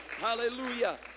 Hallelujah